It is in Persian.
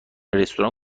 رستوران